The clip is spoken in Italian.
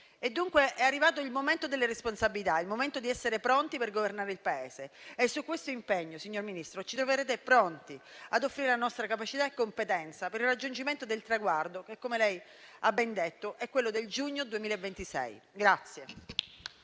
È dunque arrivato il momento delle responsabilità, il momento di essere pronti per governare il Paese, e su questo impegno, signor Ministro, ci troverete pronti a offrire la nostra capacità e competenza per il raggiungimento del traguardo che - come lei ha ben detto - è quello del giugno 2026.